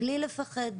בלי לפחד,